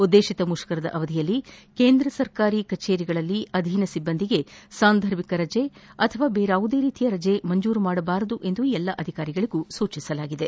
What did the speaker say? ಉದ್ದೇತಿತ ಮುತ್ತರದ ಅವಧಿಯಲ್ಲಿ ಕೇಂದ್ರ ಸರ್ಕಾರಿ ಕಚೇರಿಗಳಲ್ಲಿ ಅಧೀನ ಸಿಬ್ಬಂದಿಗೆ ಕ್ಯಾಖುವಲ್ ಲೀವ್ ಅಥವಾ ಬೇರ್ಟಾವುದೇ ರೀತಿಯ ರಜೆ ಮಂಜೂರು ಮಾಡಬಾರದು ಎಂದು ಎಲ್ಲಾ ಅಧಿಕಾರಿಗಳಿಗೆ ಸೂಚಿಸಲಾಗಿದೆ